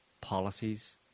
policies